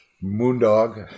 Moondog